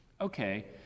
Okay